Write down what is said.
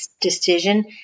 decision